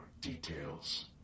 details